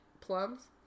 plums